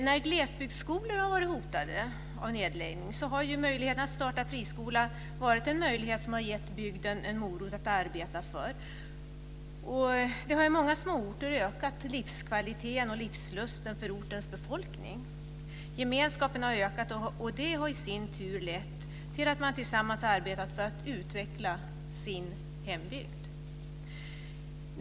När glesbygdsskolor har varit hotade av nedläggning har möjligheten att starta friskola varit något som gett bygden en morot att arbeta för. Det har i många småorter ökat livskvaliteten och livslusten för ortens befolkning. Gemenskapen har ökat, och det har i sin tur lett till att man tillsammans arbetat för att utveckla sin hembygd.